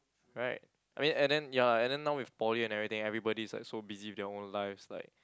right I mean and then ya lah and then now with poly and everything everybody is like so busy with their own lives like